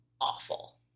awful